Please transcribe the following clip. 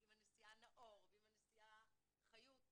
עם הנשיאה נאור ועם הנשיאה חיות,